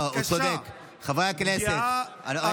חברי הכנסת, חברי הכנסת.